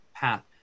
Path